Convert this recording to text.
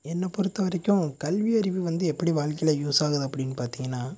என்னை பொறுத்தவரைக்கும் கல்வி அறிவு வந்து எப்படி வாழ்க்கையில் யூஸ் ஆகுது அப்படினு பார்த்தீங்கனா